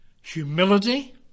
humility